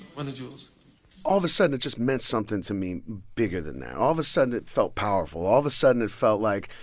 run the jewels all of a sudden, it just meant something to me bigger than that. all of a sudden, it felt powerful. all of a sudden, it felt like,